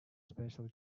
special